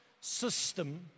system